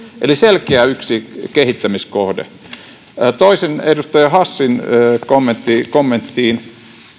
eli yksi selkeä kehittämiskohde toiseen edustaja hassin kommenttiin